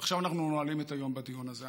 ועכשיו אנחנו נועלים את היום בדיון הזה.